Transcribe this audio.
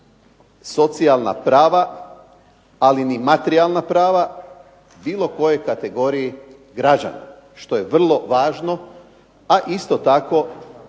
socijalna prava, ali ni materijalna prava, bilo kojoj kategoriji građana, što je vrlo važno, a isto tako